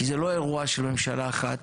כי זה לא אירוע של ממשלה אחת,